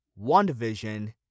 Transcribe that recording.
WandaVision